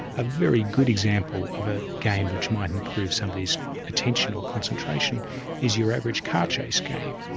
a very good example of a game which might improve somebody's attention or concentration is your average car chase game.